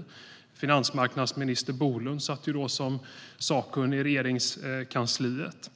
Nuvarande finansmarknadsminister Bolund satt då som sakkunnig i Regeringskansliet.